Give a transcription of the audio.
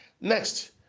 next